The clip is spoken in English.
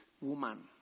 woman